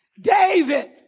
David